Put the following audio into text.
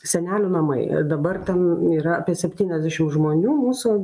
senelių namai dabar ten yra apie septyniasdešim žmonių mūsų